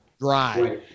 dry